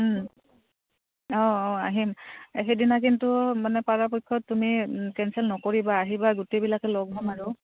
অঁ অঁ আহিম সেইদিনা কিন্তু মানে পাৰাপক্ষত তুমি কেঞ্চেল নকৰিবা আহিবা গোটেইবিলাকে লগ হ'ম আৰু